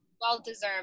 well-deserved